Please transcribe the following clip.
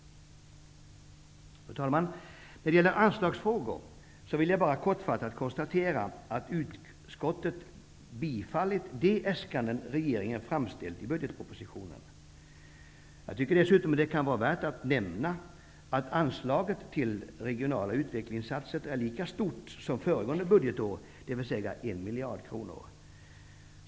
Fru talman! När det gäller anslagsfrågor vill jag bara kortfattat konstatera att utskottet har tillstyrkt de äskanden som regeringen har gjort i budgetpropositionen. Jag tycker dessutom att det kan vara värt att nämna att anslaget till regionala utvecklingsinsatser är lika stort som föregående budgetår, dvs. 1 miljard kronor.